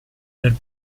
del